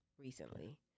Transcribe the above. recently